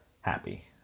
happy